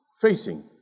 facing